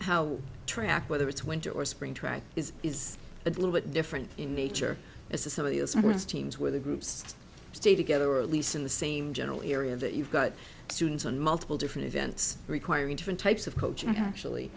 how track whether it's winter or spring track is is a little bit different in nature as to some of your sports teams where the groups stay together or at least in the same general area that you've got students on multiple different events requiring different types of coaching actually